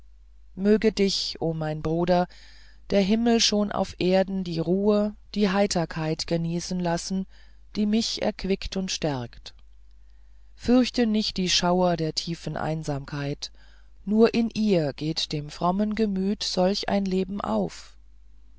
möge dich o mein bruder der himmel schon auf erden die ruhe die heiterkeit genießen lassen die mich erquickt und stärkt fürchte nicht die schauer der tiefen einsamkeit nur in ihr geht dem frommen gemüt solch ein leben auf